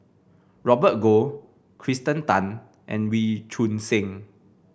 Robert Goh Kirsten Tan and Wee Choon Seng